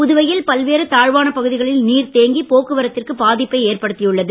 புதுவையில் பல்வேறு தாழ்வான பகுதிகளில் நீர்தேங்கி போக்குவரத்திற்கு பாதிப்பை ஏற்படுத்தியுள்ளது